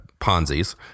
Ponzi's